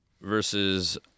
Versus